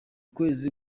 kwezi